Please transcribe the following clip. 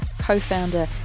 co-founder